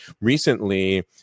recently